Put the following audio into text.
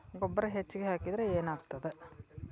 ಗೊಬ್ಬರ ಹೆಚ್ಚಿಗೆ ಹಾಕಿದರೆ ಏನಾಗ್ತದ?